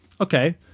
Okay